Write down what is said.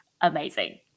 amazing